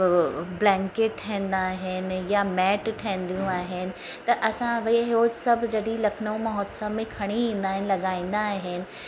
blanket ठहींदा आहिनि या मेट ठहंदियूं आहिनि त असां वे सभु हो जॾहिं लखनऊ महोत्सव में खणी ईंदा आहिनि लॻाईंदा आहिनि